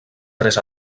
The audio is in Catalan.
tres